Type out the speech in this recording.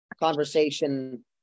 conversation